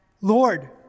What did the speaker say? Lord